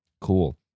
cool